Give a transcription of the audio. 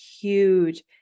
huge